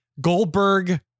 Goldberg